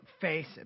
face